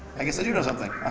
i guess i do know something.